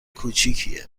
کوچیکیه